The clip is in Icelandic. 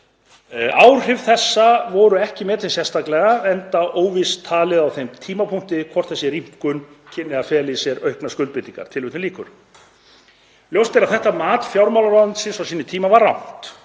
Áhrif þessa voru ekki metin sérstaklega enda óvíst talið á þeim tímapunkti hvort þessi rýmkun kynni að fela í sér auknar skuldbindingar.“ Ljóst er að þetta mat fjármálaráðuneytisins á sínum tíma var rangt.